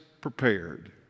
prepared